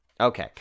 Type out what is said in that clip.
Okay